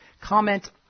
comment